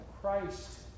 Christ